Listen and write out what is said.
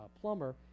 plumber